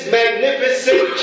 magnificent